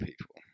people